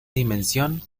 dimensión